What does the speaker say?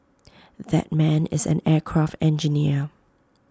that man is an aircraft engineer